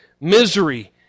misery